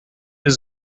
his